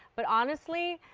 but honestly,